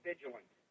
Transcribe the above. vigilant